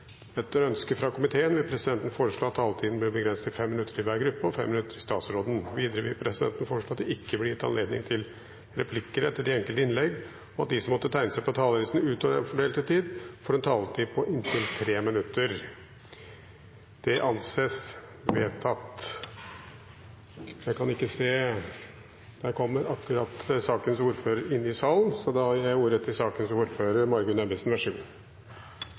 Etter ønske fra justiskomiteen vil presidenten foreslå at taletiden blir begrenset til 5 minutter til hver partigruppe og 5 minutter til statsråden. Videre vil presidenten foreslå at det ikke blir gitt anledning til replikker etter de enkelte innlegg, og at de som måtte tegne seg på talerlisten utover den fordelte taletid, får en taletid på inntil 3 minutter. – Det anses vedtatt. Først vil jeg takke komiteen for godt samarbeid i denne saken. Vi har behandlet forslag til